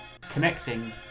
connecting